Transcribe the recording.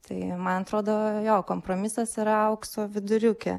tai man atrodo jo kompromisas yra aukso viduriuke